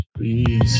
please